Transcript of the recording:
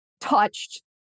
touched